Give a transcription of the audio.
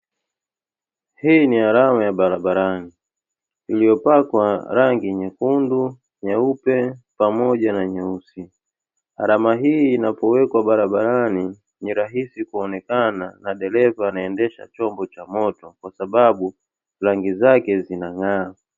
Hii ni alama ya barabarani iliyopakwa rangi nyekundu, nyeupe pamoja na nyeusi. Alama hii inapowekwa barabarani, ni rahisi kuonekana na dereva anayeendesha chombo cha moto kwa sababu rangi zake zinang'aa.